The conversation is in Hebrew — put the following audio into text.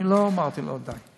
אני לא אמרתי לו עדיין.